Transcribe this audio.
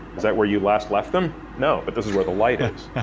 is that where you last left them? no, but this is where the light is.